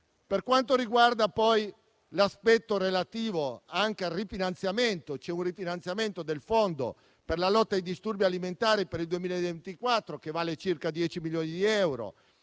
Per quanto riguarda l'aspetto relativo al rifinanziamento, viene rifinanziato il Fondo per la lotta ai disturbi alimentari per il 2024 con circa 10 milioni di euro.